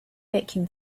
vacuum